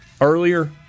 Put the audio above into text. earlier